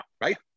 right